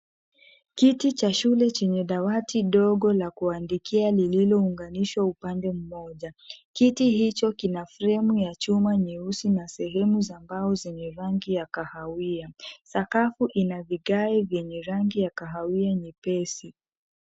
Kiti cha shule chenye dawati ndogo la kuandikia lililounganishwa upande mmoja. Kiti hicho kina fremu ya chuma nyeusi na sehemu za mbao zenye rangi ya kahawia. Sakafu ina vigae vyenye rangi ya kahawia nyepesi.